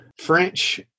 French